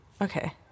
Okay